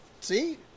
See